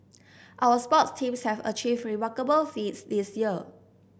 our sports teams have achieved remarkable feats this year